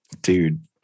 dude